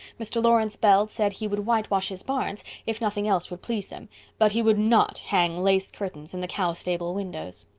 mr. lawrence bell said he would whitewash his barns if nothing else would please them but he would not hang lace curtains in the cowstable windows.